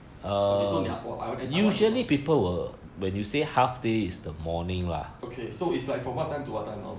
okay so nia pua I wi~ ah~ I want to know okay so it's like from what time to what time normally